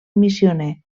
missioner